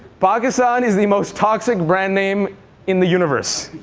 pakistan is the most toxic brand name in the universe.